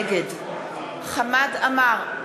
נגד חמד עמאר,